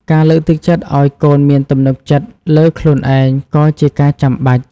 ការលើកទឹកចិត្តឱ្យកូនមានទំនុកចិត្តលើខ្លួនឯងក៏ជាការចាំបាច់។